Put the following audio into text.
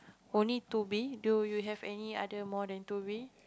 only two bee do you have any other more than two bee